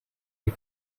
you